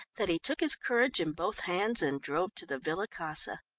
that he took his courage in both hands and drove to the villa casa.